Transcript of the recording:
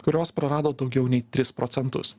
kurios prarado daugiau nei tris procentų